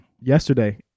Yesterday